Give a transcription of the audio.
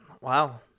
Wow